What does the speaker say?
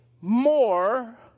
more